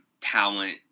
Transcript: talent